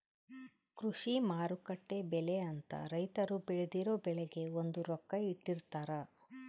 ಕೃಷಿ ಮಾರುಕಟ್ಟೆ ಬೆಲೆ ಅಂತ ರೈತರು ಬೆಳ್ದಿರೊ ಬೆಳೆಗೆ ಒಂದು ರೊಕ್ಕ ಇಟ್ಟಿರ್ತಾರ